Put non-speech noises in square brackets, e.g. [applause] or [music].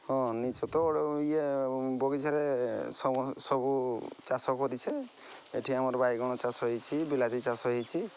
ହଁ [unintelligible] ତ ଗୋଟେ ଇଏ ବଗିଚାରେ ସବୁ ଚାଷ କରିଛେ ଏଠି ଆମର ବାଇଗଣ ଚାଷ ହୋଇଛି ବିଲାତି ଚାଷ ହୋଇଛି